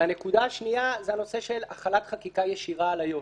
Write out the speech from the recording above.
הנקודה השנייה היא הנושא של החלת חקיקה ישירה על איו"ש.